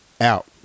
Out